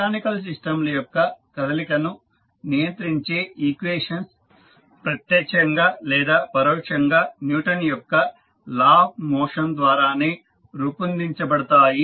mechanical సిస్టంల యొక్క కదలికను నియంత్రించే ఈక్వేషన్స్ ప్రత్యక్షంగా లేదా పరోక్షంగా న్యూటన్ యొక్క లా ఆఫ్ మోషన్ ద్వారా నే రూపొందించబడతాయి